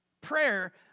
prayer